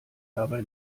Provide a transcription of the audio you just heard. dabei